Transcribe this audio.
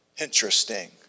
Interesting